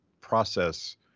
process